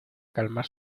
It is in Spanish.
calmar